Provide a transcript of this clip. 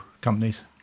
companies